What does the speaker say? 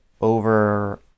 over